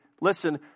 listen